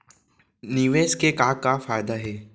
निवेश के का का फयादा हे?